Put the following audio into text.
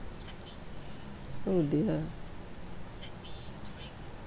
oh dear